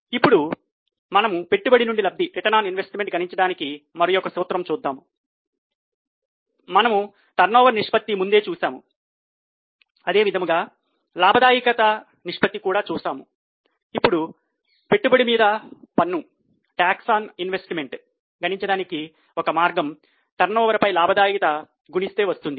ఇప్పుడు మనము పెట్టుబడి నుండి లబ్ది గణించడానికి ఒక మార్గం టర్నోవర్ పై లాభదాయకత గుణిస్తే వస్తుంది